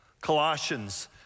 Colossians